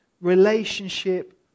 relationship